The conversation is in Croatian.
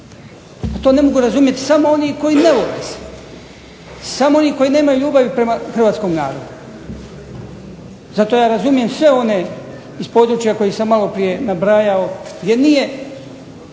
To ne mogu razumjeti samo oni koji ne vole, samo oni koji nemaju ljubavi prema hrvatskom narodu. Zato ja razumijem sve one iz područja koje sam maloprije nabrajao gdje nije